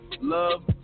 love